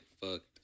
fucked